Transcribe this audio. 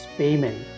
payment